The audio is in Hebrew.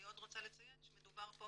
אני עוד רוצה לציין שמדובר פה